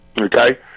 Okay